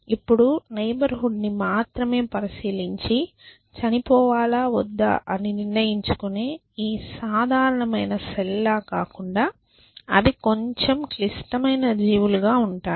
ఇప్పుడు neighbourhood ని మాత్రమే పరిశీలించి చనిపోవాలా వద్దా అని నిర్ణయించుకునే ఈ సాధారణమైన సెల్ లా కాకుండా అవి కొంచెం క్లిష్టమైన జీవులుగా ఉంటాయి